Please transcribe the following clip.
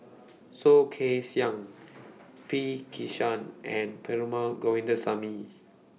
Soh Kay Siang P Krishnan and Perumal Govindaswamy